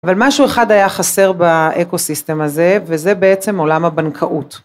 אבל משהו אחד היה חסר באקו סיסטם הזה וזה בעצם עולם הבנקאות.